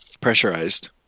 pressurized